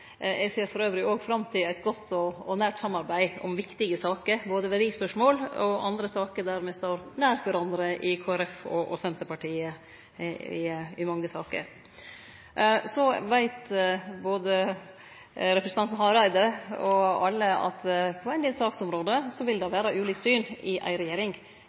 Eg ser dessutan òg fram til eit godt og nært samarbeid om viktige saker, både verdispørsmål og andre saker der Kristeleg Folkeparti og Senterpartiet står nært kvarandre – det er mange saker. Både representanten Hareide og alle veit at på ein del saksområde vil det vere ulike syn i ei regjering.